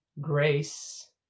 Grace